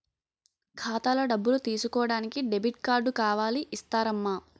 ఖాతాలో డబ్బులు తీసుకోడానికి డెబిట్ కార్డు కావాలి ఇస్తారమ్మా